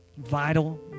vital